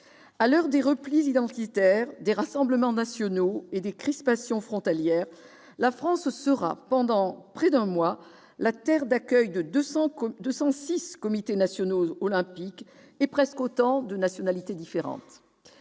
À l'heure des replis identitaires, des rassemblements nationaux et des crispations frontalières, la France sera, pendant près d'un mois, la terre d'accueil de 206 comités nationaux olympiques et de presque autant de nationalités différentes.